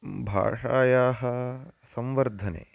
भाषायाः संवर्धने